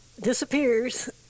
disappears